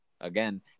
again